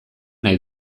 nahi